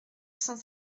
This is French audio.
cent